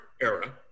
era